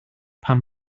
pan